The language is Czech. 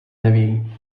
neví